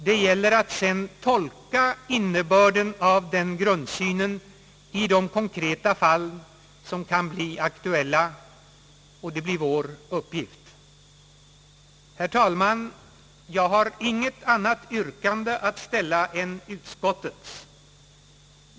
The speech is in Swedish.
Det gäller att sedan tolka innebörden av denna grundsyn i de konkreta fall som kan bli aktuella, och det blir vår uppgift. Herr talman! Jag har inget annat yrkande att ställa än utskottets.